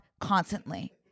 constantly